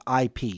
IP